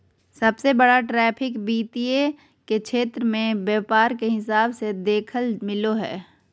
सबसे बड़ा ट्रैफिक वित्त के क्षेत्र मे व्यापार के हिसाब से देखेल मिलो हय